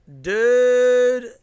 dude